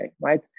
right